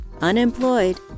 unemployed